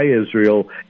Israel